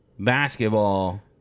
Basketball